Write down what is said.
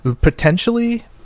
Potentially